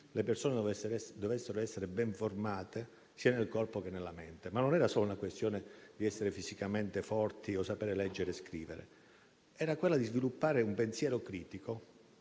le persone dovessero essere ben formate sia nel corpo che nella mente, ma non era solo una questione di essere fisicamente forti o sapere leggere e scrivere, ma era quella di sviluppare un pensiero critico